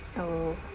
oh